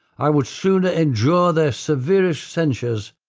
i would sooner enjoy their severest censures,